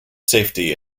safety